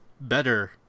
better